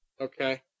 Okay